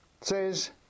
says